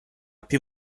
più